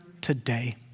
today